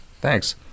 Thanks